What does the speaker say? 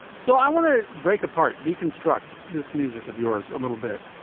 so i want to break apart, deconstruct this music of yours a little bit.